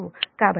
కాబట్టి 0